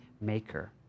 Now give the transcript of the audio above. maker